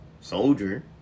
soldier